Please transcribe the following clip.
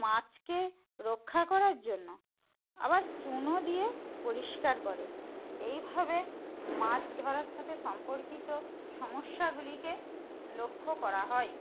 মাছকে রক্ষা করার জন্য আবার চুনও দিয়ে পরিষ্কার করে এইভাবে মাছ ধরার সাথে সম্পর্কিত সমস্যাগুলিকে লক্ষ্য করা হয়